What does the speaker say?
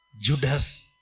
Judas